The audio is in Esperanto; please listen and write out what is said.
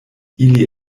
ili